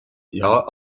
jag